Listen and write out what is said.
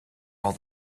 all